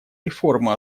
реформы